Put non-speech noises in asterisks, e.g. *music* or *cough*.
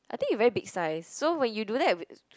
I think you very big size so when you do that *noise*